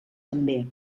també